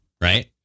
right